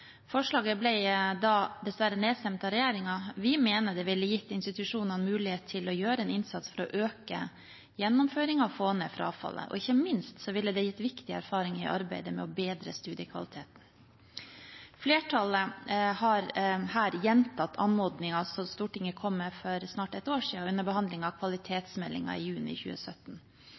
Forslaget ble da dessverre nedstemt av regjeringspartiene. Vi mener det ville gitt institusjonene mulighet til å gjøre en innsats for å øke gjennomføringen og få ned frafallet, og ikke minst ville det gitt viktig erfaring i arbeidet med å bedre studiekvaliteten. Flertallet har her gjentatt anmodningen som Stortinget kom med for snart et år siden, under behandlingen av kvalitetsmeldingen i juni 2017.